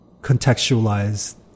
contextualize